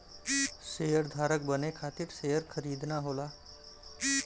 शेयरधारक बने खातिर शेयर खरीदना होला